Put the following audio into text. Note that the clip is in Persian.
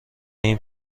این